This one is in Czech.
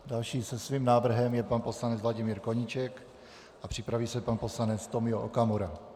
Další se svým návrhem je pan poslanec Vladimír Koníček a připraví se pan poslanec Tomio Okamura.